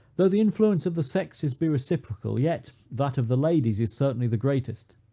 though the influence of the sexes be reciprocal, yet that of the ladies is certainly the greatest.